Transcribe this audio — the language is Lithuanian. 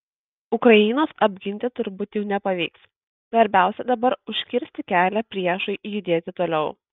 ukrainos apginti turbūt jau nepavyks svarbiausia dabar užkirsti kelią priešui judėti toliau